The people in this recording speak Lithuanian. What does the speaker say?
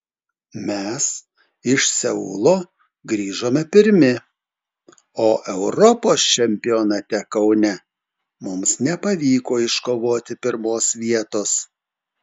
mes iš seulo grįžome pirmi o europos čempionate kaune mums nepavyko iškovoti pirmos vietos